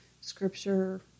scripture